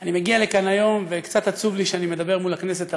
אני מגיע לכאן היום וקצת עצוב לי שאני מדבר מול הכנסת הריקה,